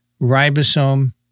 ribosome